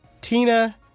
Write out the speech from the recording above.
Tina